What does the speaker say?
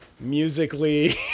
Musically